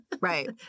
right